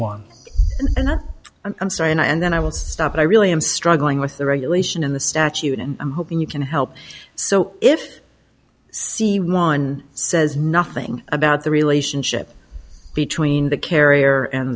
one and i'm sorry and i and then i will stop i really am struggling with the regulation in the statute and i'm hoping you can help so if i see one says nothing about the relationship between the carrier and